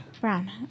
Brown